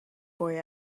boy